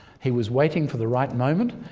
he was waiting for the right moment.